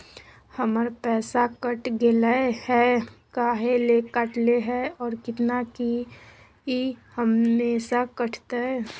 हमर पैसा कट गेलै हैं, काहे ले काटले है और कितना, की ई हमेसा कटतय?